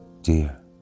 dear